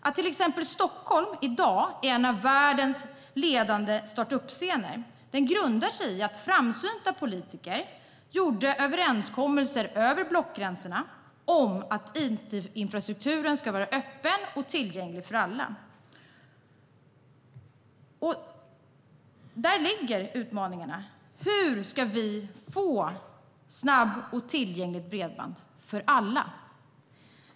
Att Stockholm i dag är en av världens ledande startup-scener grundar sig i att framsynta politiker gjorde överenskommelser över blockgränserna om att it-infrastrukturen ska vara öppen och tillgänglig för alla. Där ligger utmaningarna. Hur ska vi få snabbt och tillgängligt bredband för alla?